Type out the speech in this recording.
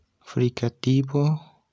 fricativo